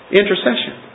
intercession